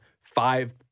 Five